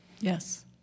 Yes